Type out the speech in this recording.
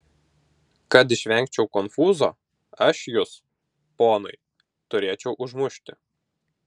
kad išvengčiau konfūzo aš jus ponai turėčiau užmušti